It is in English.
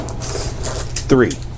three